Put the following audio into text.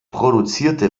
produzierte